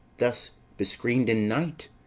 thus bescreen'd in night,